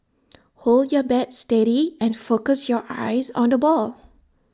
hold your bat steady and focus your eyes on the ball